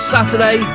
Saturday